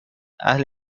اهل